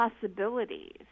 possibilities